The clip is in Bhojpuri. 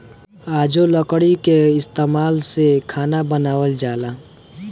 आजो लकड़ी के इस्तमाल से खाना बनावल जाला